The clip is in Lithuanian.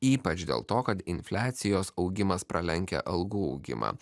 ypač dėl to kad infliacijos augimas pralenkia algų augimą